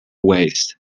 waste